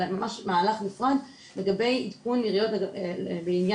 אלא ממש מהלך נפרד לגבי עדכון עיריות לעניין